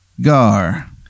Gar